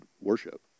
worship